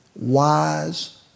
wise